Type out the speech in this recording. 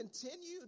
continue